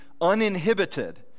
uninhibited